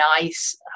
nice